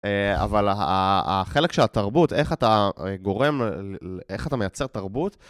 אבל החלק של התרבות, איך אתה גורם, איך אתה מייצר תרבות...